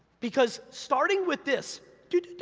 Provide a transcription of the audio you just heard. because starting with this, du-du-du-du-du,